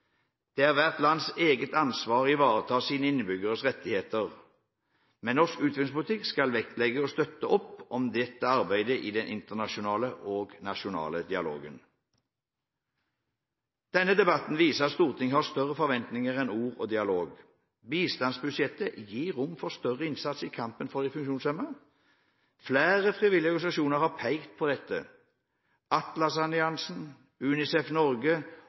hvert lands eget ansvar å ivareta sine innbyggeres rettigheter, men norsk utviklingspolitikk skal vektlegge og støtte opp om dette arbeidet i den internasjonale og nasjonale dialogen.» Denne debatten viser at Stortinget har større forventninger enn ord og dialog. Bistandsbudsjettet gir rom for større innsats i kampen for de funksjonshemmede. Flere frivillige organisasjoner har pekt på dette. Atlas-alliansen, UNICEF Norge